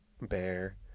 bear